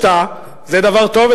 זה דבר טוב,